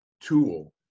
tool